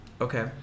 Okay